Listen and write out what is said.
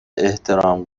احترام